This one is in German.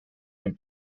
den